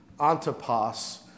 Antipas